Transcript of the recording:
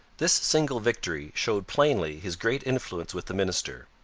this signal victory showed plainly his great influence with the minister.